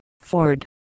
Ford